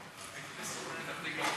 לוועדת החינוך, התרבות והספורט נתקבלה.